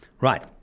Right